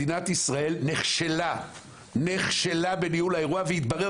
מדינת ישראל נכשלה בניהול האירוע והתברר